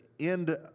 end